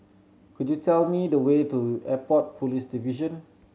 could you tell me the way to Airport Police Division